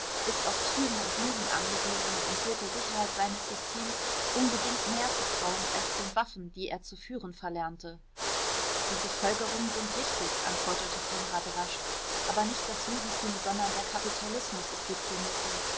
ist auf trügen und lügen angewiesen und wird der sicherheit seines systems unbedingt mehr vertrauen als den waffen die er zu führen verlernte diese folgerungen sind richtig antwortete konrad rasch aber nicht das judentum sondern der kapitalismus ist die prämisse